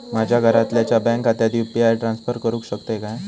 माझ्या घरातल्याच्या बँक खात्यात यू.पी.आय ट्रान्स्फर करुक शकतय काय?